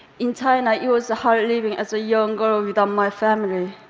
in china, it was hard living as a young girl without my family.